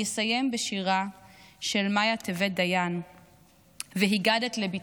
אסיים בשירה של מיה טבת דיין "והגדת לבתך":